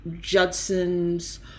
Judson's